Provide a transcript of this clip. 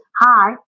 hi